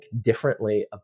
differently